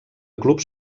clubs